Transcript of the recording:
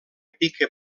pica